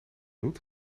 doet